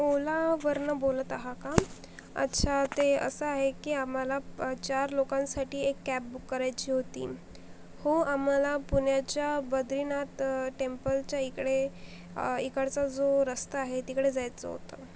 ओलावरनं बोलत आहा का अच्छा ते असं आहे की आम्हाला चार लोकांसाठी एक कॅब बुक करायची होती हो आम्हाला पुण्याच्या बद्रीनाथ टेंपलच्या इकडे इकडचा जो रस्ता आहे तिकडे जायचं होतं